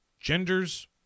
Genders